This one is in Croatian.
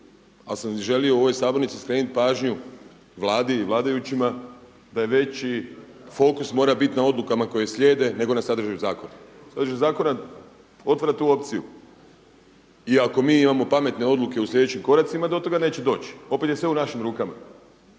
Ali sam želio u ovoj sabornici skrenuti pažnju Vladi i vladajućima, da veći fokus mora biti na odlukama koje slijede, nego na sadržaju zakona. Sadržaj zakona otvara tu opciju. I ako mi imamo pametne odluke u sljedećim koracima do toga neće doći. Opet je sve u našim rukama,